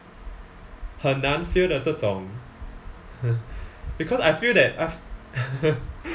很难 fail 得这种 because I feel that I